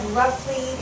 roughly